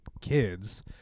kids